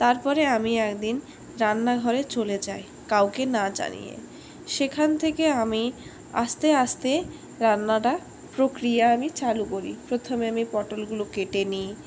তারপরে আমি একদিন রান্নাঘরে চলে যাই কাউকে না জানিয়ে সেখান থেকে আমি আস্তে আস্তে রান্নাটা প্রক্রিয়া আমি চালু করি প্রথমে আমি পটলগুলো কেটে নি